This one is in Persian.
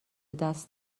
دست